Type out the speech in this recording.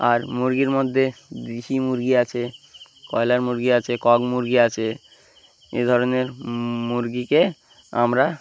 আর মুরগির মধ্যে দেশি মুরগি আছে ব্রয়লার মুরগি আছে কক মুরগি আছে এ ধরনের মুরগিকে আমরা